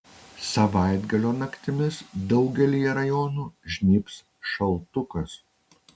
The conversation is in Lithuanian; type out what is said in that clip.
savaitgalio naktimis daugelyje rajonų žnybs šaltukas